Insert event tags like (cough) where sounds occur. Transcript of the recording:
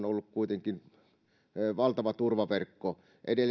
(unintelligible) ollut kuitenkin valtava turvaverkko